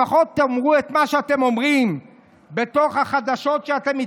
לפחות תאמרו את מה שאתם אומרים בחדשות כשאתם מתראיינים.